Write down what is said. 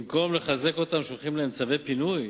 במקום לחזק אותם שולחים להם צווי פינוי?